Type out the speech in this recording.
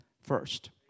first